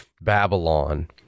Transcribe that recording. Babylon